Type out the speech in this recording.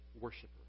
worshiper